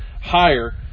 higher